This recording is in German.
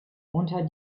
unter